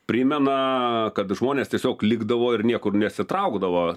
primena kad žmonės tiesiog likdavo ir niekur nesitraukdavo